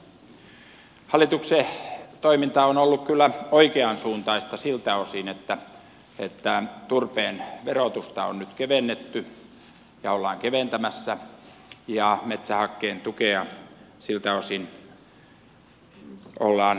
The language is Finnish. hallituksen toiminta on ollut kyllä oikeansuuntaista siltä osin että turpeen verotusta on nyt kevennetty ja ollaan keventämässä ja metsähakkeen tukea siltä osin ollaan korottamassa